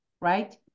right